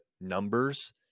numbers